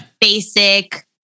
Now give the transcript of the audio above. basic